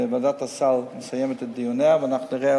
הסל מסיימת את דיוניה ואנחנו נראה,